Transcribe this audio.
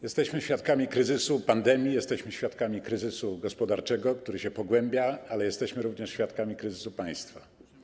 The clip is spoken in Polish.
Jesteśmy świadkami kryzysu pandemii, jesteśmy świadkami kryzysu gospodarczego, który się pogłębia, ale jesteśmy również świadkami kryzysu państwa.